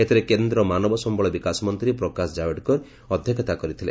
ଏଥିରେ କେନ୍ଦ୍ର ମାନବ ସମ୍ଭଳ ବିକାଶ ମନ୍ତ୍ରୀ ପ୍ରକାଶ ଜାୱଡେକର ଅଧ୍ୟକ୍ଷତା କରିଥିଲେ